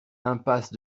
impasse